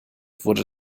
wurde